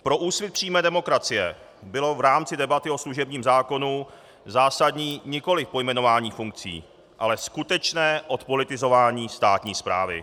Pro Úsvit přímé demokracie bylo v rámci debaty o služebním zákonu zásadní nikoliv pojmenování funkcí, ale skutečné odpolitizování státní správy.